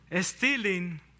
stealing